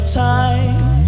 time